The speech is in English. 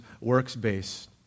works-based